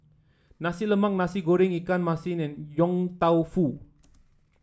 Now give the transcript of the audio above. Nasi Lemak Nasi Goreng Ikan Masin and Yong Tau Foo